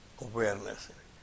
awareness